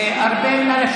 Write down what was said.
ארבל,